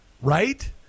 right